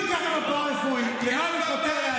גם בפארה-רפואי רוצים שיהיה חיצוני.